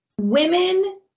Women